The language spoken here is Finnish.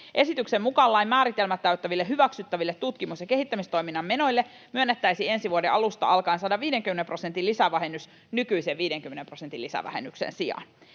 Esityksen mukaan lain määritelmät täyttäville hyväksyttäville tutkimus- ja kehittämistoiminnan menoille myönnettäisiin ensi vuoden alusta alkaen 150 prosentin lisävähennys nykyisen 50 prosentin lisävähennyksen sijaan.